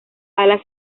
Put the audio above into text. alas